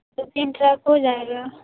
دو تین ٹرک ہو جائے گا